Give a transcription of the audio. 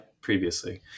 previously